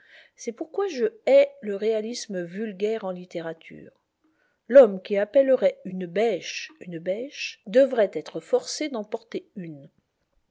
c'est pourquoi je hais le réalisme vulgaire en littérature l'homme qui appellerait une bêche une bêche devrait être forcé d'en porter une